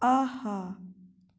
آ ہا